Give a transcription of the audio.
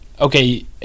okay